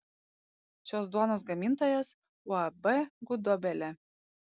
šios duonos gamintojas uab gudobelė